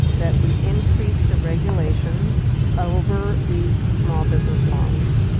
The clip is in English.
that we increase the regulations over these small business loans.